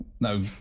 No